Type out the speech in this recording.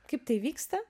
kaip tai vyksta